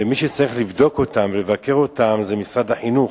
ומי שצריך לבדוק אותם ולבקר אותם זה משרד החינוך.